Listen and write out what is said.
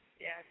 yes